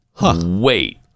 Wait